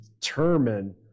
determine